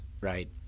Right